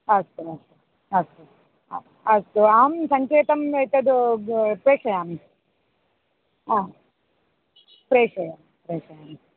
अस्तु अस्तु अस्तु अस्तु अहं सङ्केतम् एतद् प्रेषयामि अ प्रेषयामि प्रेषयामि